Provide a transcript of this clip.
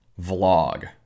vlog